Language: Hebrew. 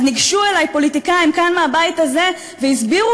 אז ניגשו אלי פוליטיקאים כאן מהבית הזה והסבירו